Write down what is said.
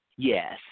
Yes